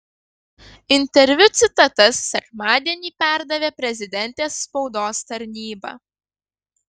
interviu citatas sekmadienį perdavė prezidentės spaudos tarnyba